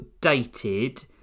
dated